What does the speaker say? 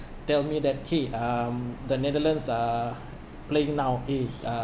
tell me that !hey! um the netherlands are playing now eh uh